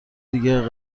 دیگر